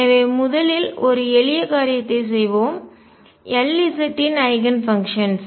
எனவே முதலில் ஒரு எளிய காரியத்தைச் செய்வோம் Lz இன் ஐகன்ஃபங்க்ஷன்ஸ்